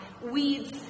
Weeds